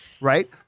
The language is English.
right